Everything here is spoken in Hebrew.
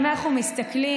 אם אנחנו מסתכלים,